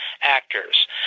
actors